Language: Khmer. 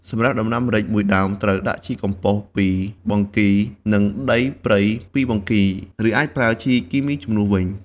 សម្រាប់ដំណាំម្រេចមួយដើមត្រូវដាក់ជីកំប៉ុស្តពីរបង្គី និងដីព្រៃពីរបង្គី ឬអាចប្រើជីគីមីជំនួសវិញ។